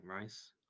rice